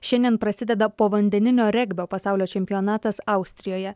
šiandien prasideda povandeninio regbio pasaulio čempionatas austrijoje